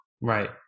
Right